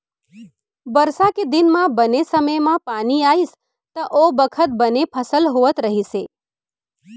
बरसा के दिन म बने समे म पानी आइस त ओ बखत बने फसल होवत रहिस हे